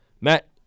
Matt